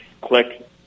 click